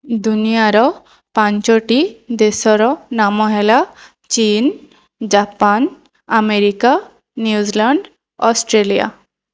ଦୁନିଆର ପାଞ୍ଚଟି ଦେଶର ନାମ ହେଲା ଚୀନ ଜାପାନ ଆମେରିକା ନ୍ୟୁଜିଲ୍ୟାଣ୍ଡ ଅଷ୍ଟ୍ରେଲିଆ